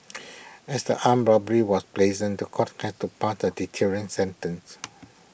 as the armed robbery was brazen The Court has to pass A deterrent sentence